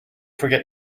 forget